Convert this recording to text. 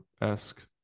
esque